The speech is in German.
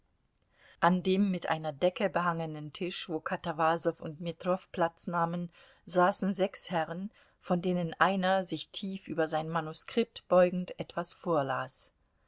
an dem mit einer decke behangenen tisch wo katawasow und metrow platz nahmen saßen sechs herren von denen einer sich tief über sein manuskript beugend etwas vorlas